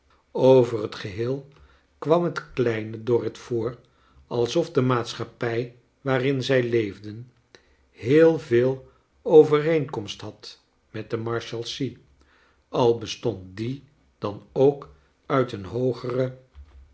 over het geheel kwam het kleine dorrit voor alsof de maatschappij waarin zij leefden heel veel overeenkomst had met de marshalsea al bestond die dan ook uit een hoogere